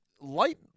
Light